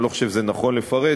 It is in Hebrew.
אני לא חושב שזה נכון לפרט,